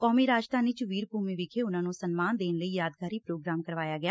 ਕੌਮੀ ਰਾਜਧਾਨੀ ਚ ਵੀਰ ਭੂਮੀ ਵਿਖੇ ਉਨੂਾਂ ਨੂੰ ਸਨਮਾਨ ਦੇਣ ਲਈ ਯਾਦਗਾਰੀ ਪੋਗਰਾਮ ਕਰਾਇਆ ਗਿਆ